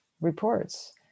reports